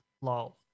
lol